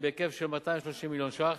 1. פיתוח כלכלי תעסוקתי בהיקף כ-230 מיליון שקלים,